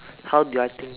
how do I think